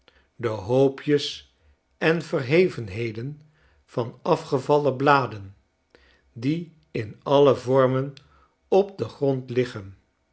de hoopjes en verhevenheden van afgevallen bladen die in alle vormen op den groiid liggen